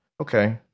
Okay